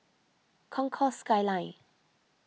Concourse Skyline